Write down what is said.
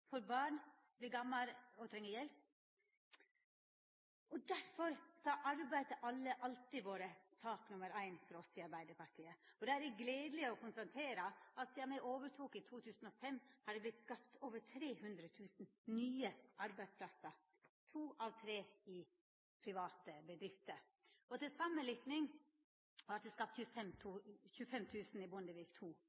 får barn eller vert gammal og treng hjelp. Difor har arbeid til alle alltid vore sak nr. éin for oss i Arbeidarpartiet. Da er det gledeleg å konstatera at sidan me overtok i 2005, har det vorte skapt over 300 000 nye arbeidsplassar – to av tre i private bedrifter. Til samanlikning vart det skapt 25 000 i Bondevik II-regjeringa. Aldri før har